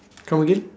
come again